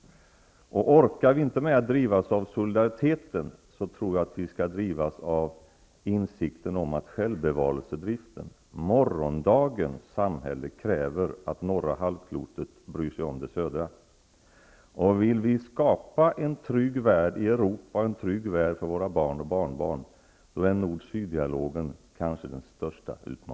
Orkar vi inte med att drivas av solidariteten, tycker jag att vi skall drivas av insikten om att självbevarelsedriften, morgondagens samhälle, kräver att det norra halvklotet bryr sig om det södra. Nord--syd-dialogen är den största utmaningen för oss om vi vill skapa en trygg värld för våra barn och barnbarn i Europa.